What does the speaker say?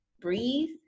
breathe